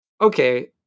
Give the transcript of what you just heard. okay